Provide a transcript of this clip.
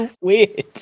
weird